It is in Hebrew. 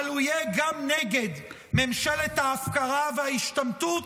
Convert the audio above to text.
אבל הוא יהיה גם נגד ממשלת ההפקרה וההשתמטות